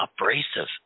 abrasive